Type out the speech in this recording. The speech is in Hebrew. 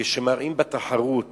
כשמראים בתחרות